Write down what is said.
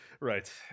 Right